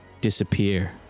Disappear